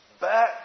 back